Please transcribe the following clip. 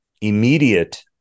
immediate